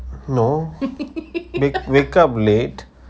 no wake wake up late